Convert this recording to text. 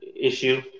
issue